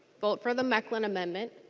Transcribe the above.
vote for the mekeland amendments.